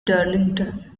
darlington